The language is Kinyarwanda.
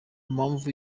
mpamvu